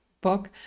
book